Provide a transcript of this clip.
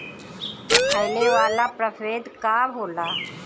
फैले वाला प्रभेद का होला?